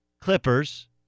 Clippers